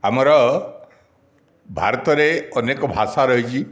ଆମର ଭାରତରେ ଅନେକ ଭାଷା ରହିଛି